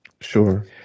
Sure